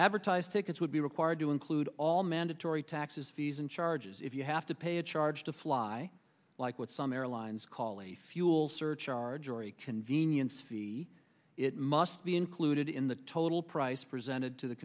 advertise tickets would be required to include all mandatory taxes fees and charges if you have to pay a charge to fly like what some airlines call a fuel surcharge or a convenience fee it must be included in the total price presented to the